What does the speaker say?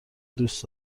دوست